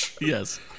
Yes